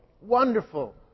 wonderful